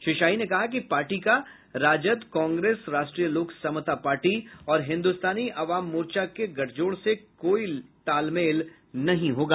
श्री शाही ने कहा कि पार्टी का राजद कांग्रेस राष्ट्रीय लोक समता पार्टी और हिन्दुस्तानी आवाम मोर्चा के गठजोड़ से कोई तालमेल नहीं होगा